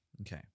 Okay